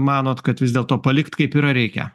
manot kad vis dėlto palikt kaip yra reikia